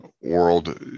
world